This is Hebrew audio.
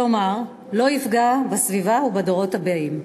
כלומר לא יפגע בסביבה ובדורות הבאים.